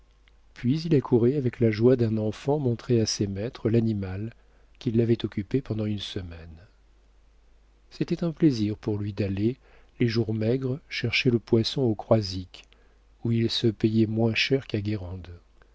puis il accourait avec la joie d'un enfant montrer à ses maîtres l'animal qui l'avait occupé pendant une semaine c'était un plaisir pour lui d'aller les jours maigres chercher le poisson au croisic où il se payait moins cher